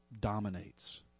dominates